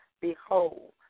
behold